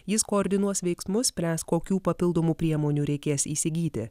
jis koordinuos veiksmus spręs kokių papildomų priemonių reikės įsigyti